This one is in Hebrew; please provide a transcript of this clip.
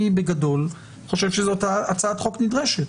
אני בגדול חושב שזאת הצעת חוק נדרשת.